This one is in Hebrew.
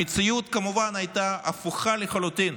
המציאות, כמובן, הייתה הפוכה לחלוטין,